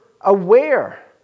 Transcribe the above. aware